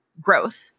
growth